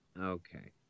Okay